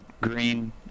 green